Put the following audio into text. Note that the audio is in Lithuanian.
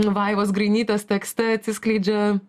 vaivos grainytės tekste atsiskleidžia